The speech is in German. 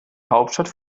hauptstadt